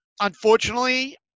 unfortunately